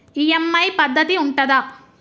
EMI పద్ధతి ఉంటదా?